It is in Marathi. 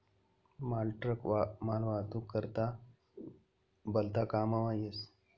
मालट्रक मालवाहतूक करता भलता काममा येस